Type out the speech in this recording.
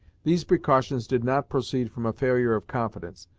these precautions did not proceed from a failure of confidence,